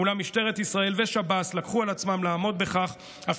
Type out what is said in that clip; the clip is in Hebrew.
אולם משטרת ישראל ושב"ס לקחו על עצמם לעמוד בכך אף